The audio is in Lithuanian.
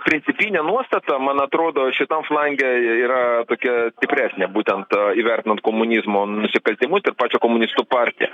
principinė nuostata man atrodo šitam flange yra tokia stipresnė būtent įvertinant komunizmo nusikaltimus ir pačią komunistų partiją